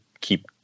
keep